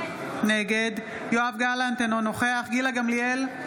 נגד יואב גלנט, אינו נוכח גילה גמליאל,